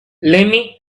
lemme